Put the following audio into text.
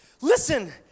Listen